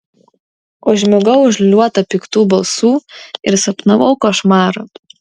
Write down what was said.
užmigau užliūliuota piktų balsų ir sapnavau košmarą